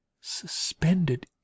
suspended